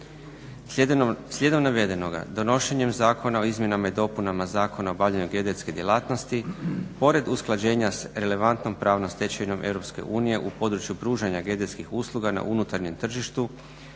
Slijedom navedenoga donošenjem Zakona o izmjenama i dopunama Zakona o obavljanju geodetske djelatnosti pored usklađenja s relevantnom pravnom stečevinom EU u području pružanja geodetskih usluga na unutarnjem tržištu